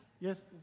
Yes